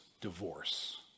divorce